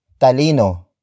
Talino